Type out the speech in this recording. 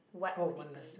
oh one lesson